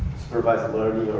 supervised learning.